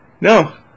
No